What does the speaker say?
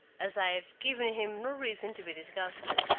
as i have given him no reason to be disgusted.